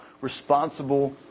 responsible